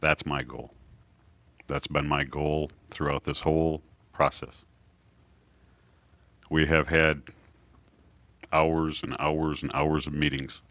that's my goal that's been my goal throughout this whole process we have had hours and hours and hours of meetings